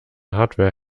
hardware